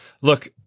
look